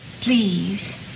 please